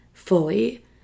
fully